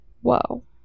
Whoa